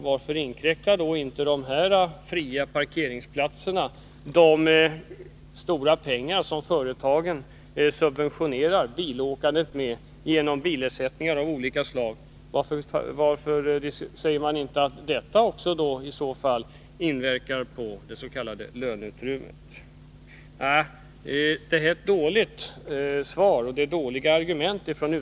Varför inkräktar inte företagens kostnader för parkeringsplatser, de stora pengar som företagen subventionerar bilåkandet med genom bilersättningar av olika slag, på det s.k. löneutrymmet? Det är ett dåligt svar, och det är dåliga argument.